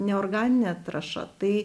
neorganinė trąša tai